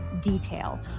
detail